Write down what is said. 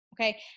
Okay